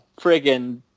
friggin